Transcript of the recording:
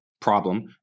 problem